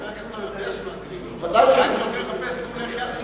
חבר הכנסת לא יודע שמאזינים לו, זאת לא בעיה כבר.